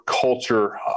culture